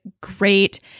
great